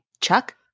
Chuck